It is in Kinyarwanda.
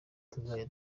tuzajya